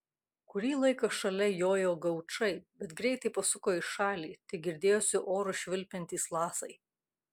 kurį laiką šalia jojo gaučai bet greitai pasuko į šalį tik girdėjosi oru švilpiantys lasai